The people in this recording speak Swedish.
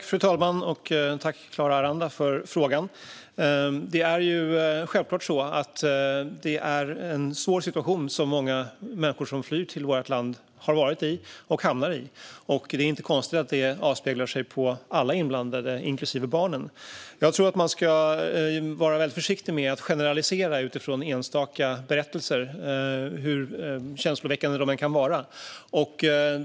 Fru talman! Tack, Clara Aranda, för frågan! Det är en självklart en svår situation som många människor som flyr till vårt land har varit i och hamnar i. Det är inte konstigt att det avspeglar sig på alla inblandade, inklusive barnen. Jag tror att man ska vara försiktig med att generalisera utifrån enstaka berättelser, hur känslostarka de än kan vara.